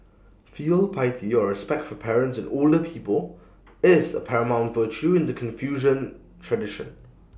filial piety or respect for parents and older people is A paramount virtue in the Confucian tradition